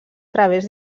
través